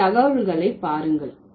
இங்கே தகவல்களை பாருங்கள்